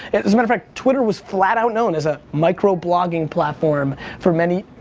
as a matter of fact twitter was flat out known as a microblogging platform for many.